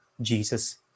Jesus